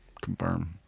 Confirm